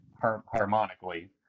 harmonically